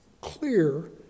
clear